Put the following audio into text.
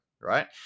right